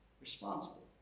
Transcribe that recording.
responsible